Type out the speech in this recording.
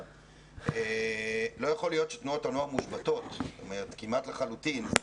להיות שתנועות הנוער מושבתות כמעט לחלוטין.